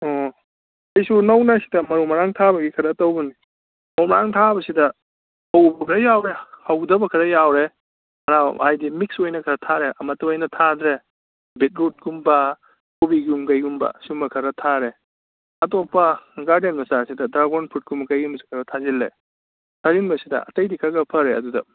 ꯑꯣ ꯑꯩꯁꯨ ꯅꯧꯅ ꯁꯤꯗ ꯃꯔꯨ ꯃꯔꯥꯡ ꯊꯥꯕꯒꯤ ꯈꯔ ꯇꯧꯕꯅꯦ ꯃꯔꯨ ꯃꯔꯥꯡ ꯊꯥꯕꯁꯤꯗ ꯍꯧꯕ ꯈꯔ ꯌꯥꯎꯔꯦ ꯍꯧꯗꯕ ꯈꯔ ꯌꯥꯎꯔꯦ ꯐꯅꯌꯥꯝ ꯍꯥꯏꯗꯤ ꯃꯤꯛꯁ ꯑꯣꯏꯅ ꯈꯔ ꯊꯥꯔꯦ ꯑꯃꯠꯇ ꯑꯣꯏꯅ ꯊꯥꯗ꯭ꯔꯦ ꯕꯤꯠꯔꯨꯠꯀꯨꯝꯕ ꯀꯣꯕꯤꯒꯨꯝꯕ ꯀꯩꯒꯨꯝꯕ ꯁꯨꯝꯕ ꯈꯔ ꯊꯥꯔꯦ ꯑꯇꯣꯞꯄ ꯒꯥꯔꯗꯦꯟ ꯃꯆꯥꯁꯤꯗ ꯗ꯭ꯔꯥꯒꯣꯟ ꯐ꯭ꯔꯨꯠ ꯀꯨꯝꯕ ꯀꯩꯒꯨꯝꯕꯁꯨ ꯈꯔ ꯊꯥꯖꯤꯜꯂꯦ ꯊꯥꯖꯤꯟꯕꯁꯤꯗ ꯑꯇꯩꯗꯤ ꯈꯔ ꯈꯔ ꯐꯔꯦ ꯑꯗꯨꯗ